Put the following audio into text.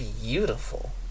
beautiful